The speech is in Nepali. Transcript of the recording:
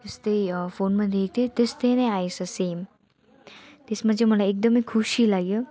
जस्तै फोनमा देखेको थिएँ त्यस्तै नै आएछ सेम त्यसमा चाहिँ मलाई एकदमै खुसी लाग्यो